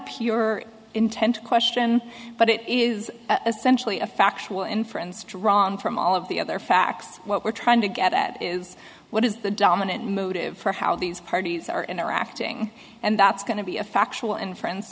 purer intent question but it is essentially a factual inference drawn from all of the other facts what we're trying to get at is what is the dominant motive for how these parties are interacting and that's going to be a factual and friends